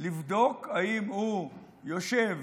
לבדוק אם הוא יושב